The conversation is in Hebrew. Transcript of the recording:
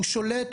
הוא שולט,